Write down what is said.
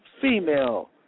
female